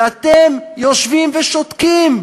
ואתם יושבים ושותקים,